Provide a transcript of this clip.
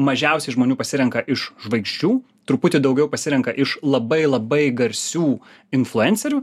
mažiausiai žmonių pasirenka iš žvaigždžių truputį daugiau pasirenka iš labai labai garsių influencerių